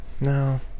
no